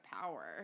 power